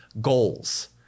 goals